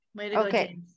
Okay